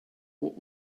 what